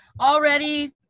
already